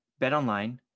BetOnline